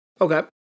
Okay